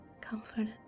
comforted